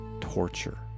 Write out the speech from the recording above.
torture